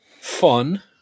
fun